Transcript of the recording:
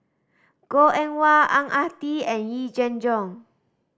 Goh Eng Wah Ang Ah Tee and Yee Jenn Jong